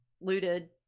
looted